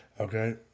Okay